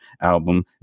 album